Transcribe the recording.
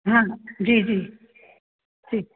हाँ हाँ जी जी ठीक